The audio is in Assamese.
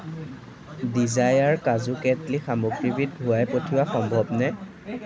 ডিজায়াৰ কাজু কটলী সামগ্ৰীবিধ ঘূৰাই পঠিওৱা সম্ভৱনে